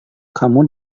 kamu